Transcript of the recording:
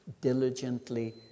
diligently